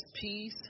peace